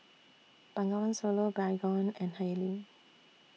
Bengawan Solo Baygon and Haylee